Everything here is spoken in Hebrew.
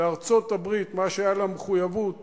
לארצות-הברית, שהיתה לה מחויבות